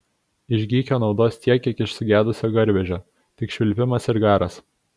iš gykio naudos tiek kiek iš sugedusio garvežio tik švilpimas ir garas